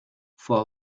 for